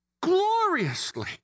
Gloriously